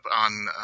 on